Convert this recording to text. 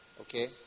Okay